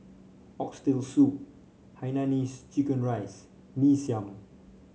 Oxtail Soup Hainanese Chicken Rice Mee Siam